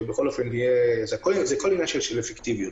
זה עניין של אפקטיביות.